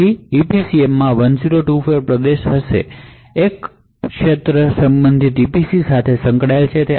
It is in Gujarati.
પછી EPCM માં 1024 પ્રદેશો હશે દરેક પ્રદેશ સંબંધિત EPC સાથે સંકળાયેલું છે